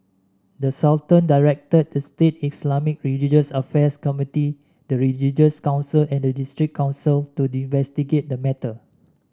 the Sultan directed the state Islamic religious affairs committee the religious council and the district council to investigate the matter